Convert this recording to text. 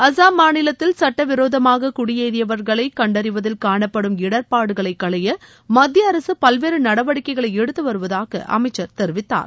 அசாம் மாநிலத்தில் சட்ட விரோதமாக குடியேறியவர்களை கண்டறிவதில் காணப்படும் இடர்பாடுகளை களைய மத்திய அரசு பல்வேறு நடவடிக்கைகளை எடுத்து வருவதாக அமைச்சர் தெரிவித்தார்